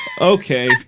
Okay